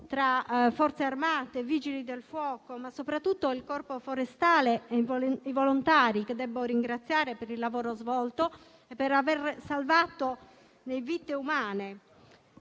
tra Forze armate, Vigili del fuoco, ma soprattutto il Corpo forestale e i volontari che debbo ringraziare per il lavoro svolto e per aver salvato vite umane.